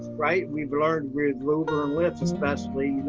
right? we've learned with uber and lyft, especially,